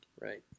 Right